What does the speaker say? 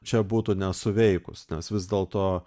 čia būtų nesuveikus nes vis dėlto